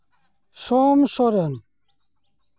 ᱥᱚᱢ ᱥᱚᱨᱮᱱ